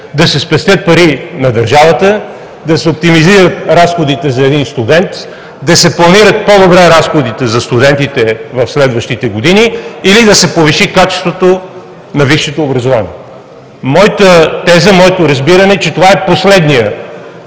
да се спестят пари на държавата; да се оптимизират разходите за един студент; да се планират по-добре разходите за студентите в следващите години; или да се повиши качеството на висшето образование? Моята теза и моето разбиране са, че това е последната